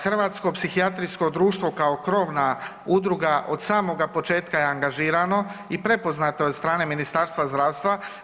Hrvatsko psihijatrijsko društvo kao krovna udruga od samoga početka je angažirano i prepoznato je od strane Ministarstva zdravstva.